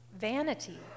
vanity